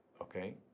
okay